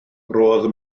roedd